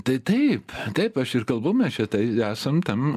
tai taip taip aš ir kalbu mes čia tai esam tam